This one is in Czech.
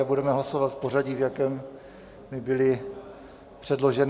Budeme hlasovat v pořadí, v jakém byly předloženy.